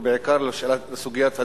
ובעיקר בסוגיית הדיור,